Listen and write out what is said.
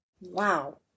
Wow